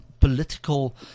political